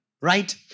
Right